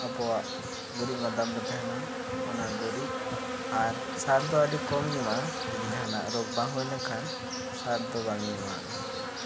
ᱟᱵᱚᱣᱟᱜ ᱜᱩᱨᱤᱡ ᱢᱟᱫᱟᱱ ᱨᱮ ᱛᱟᱦᱮᱱᱟ ᱚᱱᱟ ᱜᱩᱨᱤᱡ ᱟᱨ ᱥᱟᱨ ᱫᱚ ᱟᱹᱰᱤ ᱠᱚᱢ ᱤᱧ ᱮᱢᱟᱜᱼᱟ ᱡᱩᱫᱤ ᱡᱟᱦᱟᱱᱟᱜ ᱨᱳᱜᱽ ᱵᱟᱝ ᱦᱩᱭ ᱞᱮᱱ ᱠᱷᱟᱱ ᱥᱟᱨ ᱫᱚ ᱵᱟᱝ ᱤᱧ ᱮᱢᱟᱣᱟᱜᱼᱟ